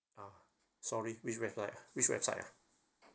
ah sorry which website which website ah